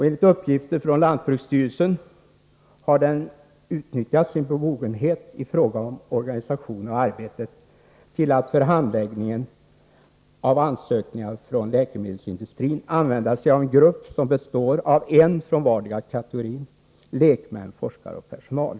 Enligt uppgifter från lantbruksstyrelsen har denna utnyttjat sin befogenhet i fråga om organisation av arbetet till att för handläggningen av ansökningar från läkemedelsindustrin använda sig av en grupp på tre personer från vardera kategorin lekmän, forskare och personal.